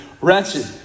wretched